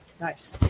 Nice